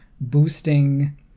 boosting